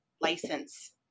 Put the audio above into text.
license